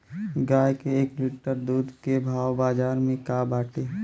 गाय के एक लीटर दूध के भाव बाजार में का बाटे?